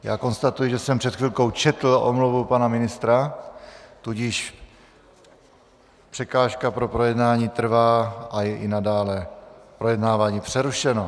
Já konstatuji, že jsem před chvilkou četl omluvu pana ministra, tudíž překážka pro projednání trvá a je i nadále projednávání přerušeno.